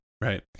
Right